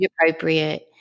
appropriate